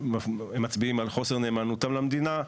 שמצביעים על חוסר נאמנותם למדינה,